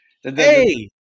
Hey